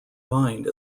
mind